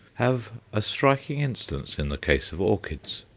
have a striking instance in the case of orchids.